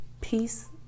peace